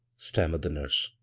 stammered the nurse.